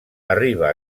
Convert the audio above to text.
arriba